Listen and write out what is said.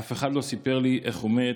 אף אחד לא סיפר לי איך הוא מת,